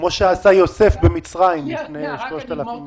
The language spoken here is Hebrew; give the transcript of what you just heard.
כמו שעשה יוסף במצרים לפני 3,000 שנה.